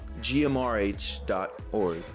gmrh.org